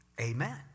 Amen